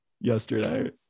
yesterday